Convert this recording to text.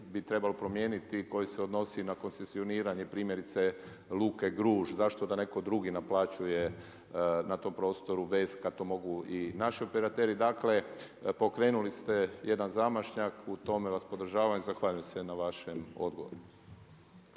bi trebalo promijeniti koji se odnosi na koncesioniranja primjerice Luke Gruž, zašto da neko drugi naplaćuje na tom prostoru vez kada to mogu i naši operateri. Dakle pokrenuli ste jedan zamašnjak u tome vas podržavam i zahvaljujem se na vašem odgovoru.